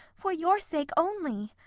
for your sake only.